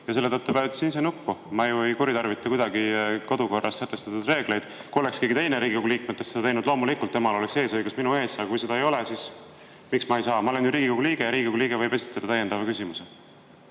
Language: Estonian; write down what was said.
selle tõttu vajutasin ise nuppu. Ma ju ei kuritarvita kuidagi kodukorras sätestatud reegleid. Kui oleks keegi teine Riigikogu liikmetest soovinud küsida, loomulikult temal oleks eesõigus minu ees. Aga kui seda ei ole, miks ma ei saa? Ma olen ju Riigikogu liige ja Riigikogu liige võib esitada täiendava küsimuse.